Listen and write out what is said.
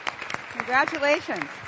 Congratulations